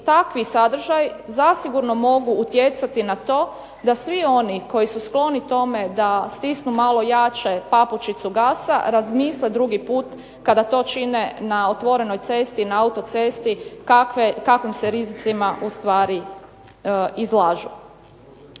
takvi sadržaji zasigurno mogu utjecati na to da svi oni koji su skloni tome da stisnu malo jače papučicu gasa razmisle drugi put kada to čine na otvorenoj cesti, na autocesti kakvim se rizicima u stvari izlažu.